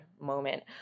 moment